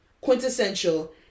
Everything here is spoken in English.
quintessential